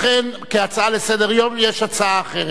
לכן, כהצעה לסדר-יום, יש הצעה אחרת.